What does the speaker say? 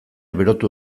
berotu